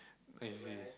crazy